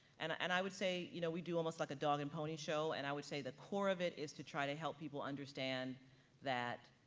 and and i would say, you know, we do almost like a dog and pony show and i would say the core of it is to try to help people understand that